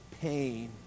pain